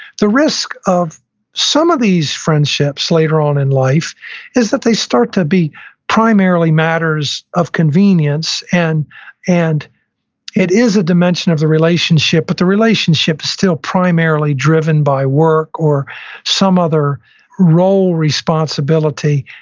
the risk of some of these friendships later on in life is that they start to be primarily matters of convenience, and and it is a dimension of the relationship, but the relationship's still primarily driven by work or some other role responsibility,